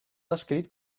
descrit